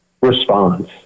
response